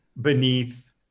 beneath